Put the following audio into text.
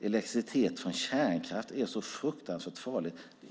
elektricitet från kärnkraft är så fruktansvärt farligt?